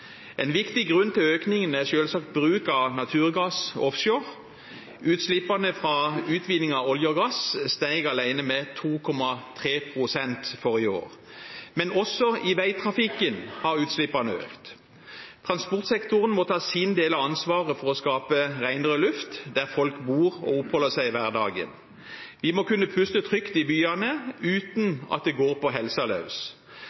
En viktig grunn til økningen er selvsagt bruk av naturgass offshore. Utslippene fra utvinning av olje og gass steg alene med 2,3 pst. forrige år. Men også i veitrafikken har utslippene økt. Transportsektoren må ta sin del av ansvaret for å skape renere luft der folk bor og oppholder seg i hverdagen. De må kunne puste i byene uten